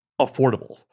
affordable